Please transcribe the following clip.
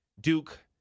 Duke